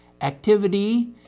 activity